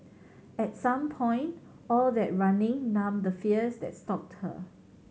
at some point all that running numbed the fears that stalked her